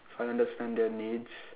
cause I understand their needs